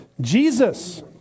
Jesus